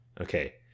Okay